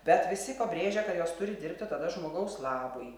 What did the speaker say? bet visi pabrėžia kad jos turi dirbti tada žmogaus labui